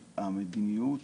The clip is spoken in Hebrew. המדיניות